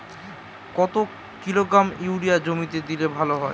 কত kilogram urea জমিতে দিলে ভালো হয়?